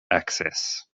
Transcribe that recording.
access